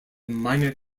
minor